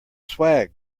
swag